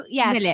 yes